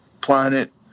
planet